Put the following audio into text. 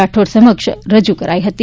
રાઠોડ સમક્ષ રજુ કરાઇ હતી